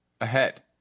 ahead